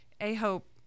A-Hope